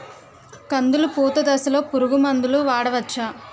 కందులు పూత దశలో పురుగు మందులు వాడవచ్చా?